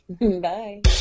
Bye